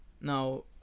Now